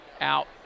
out